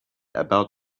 about